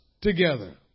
together